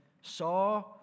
saw